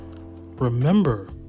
Remember